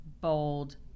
bold